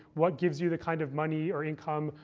what gives you the kind of money or income,